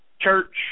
church